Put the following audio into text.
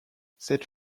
cette